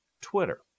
Twitter